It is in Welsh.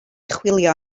chwilio